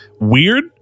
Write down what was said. weird